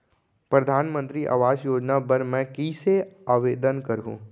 परधानमंतरी आवास योजना बर मैं कइसे आवेदन करहूँ?